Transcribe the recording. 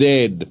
Dead